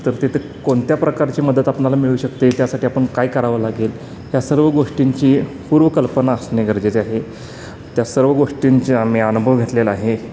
तर तिथे कोणत्या प्रकारची मदत आपणाला मिळू शकते त्यासाठी आपण काय करावं लागेल ह्या सर्व गोष्टींची पूर्वकल्पना असणे गरजेचे आहे त्या सर्व गोष्टींची आम्ही अनुभव घेतलेला आहे